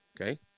okay